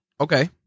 Okay